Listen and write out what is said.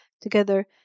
together